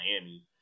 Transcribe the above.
Miami